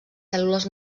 cèl·lules